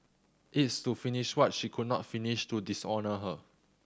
it's to finish what she could not finish to dishonour her